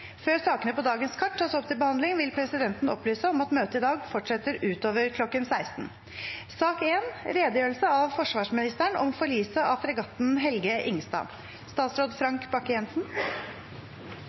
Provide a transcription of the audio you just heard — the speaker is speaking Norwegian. Før sakene på dagens kart tas opp til behandling, vil presidenten opplyse om at møtet i dag fortsetter utover kl. 16. La meg først få takke for muligheten til å redegjøre for ulykken med fregatten KNM «Helge Ingstad».